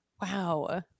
Wow